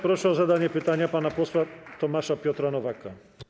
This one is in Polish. Proszę o zadanie pytania pana posła Tomasza Piotra Nowaka.